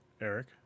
eric